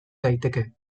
daiteke